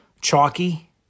chalky